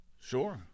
Sure